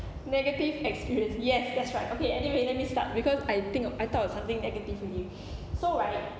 negative experience yes that's right okay anyway let me start because I think of I thought of something negative already so right